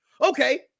Okay